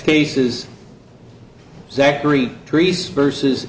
cases zachary trees versus